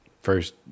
first